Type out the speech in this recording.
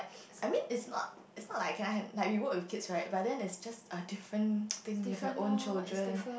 I mean it's not it's not like I cannot hand~ like if you work with kids right but then there's just like a different thing with your own children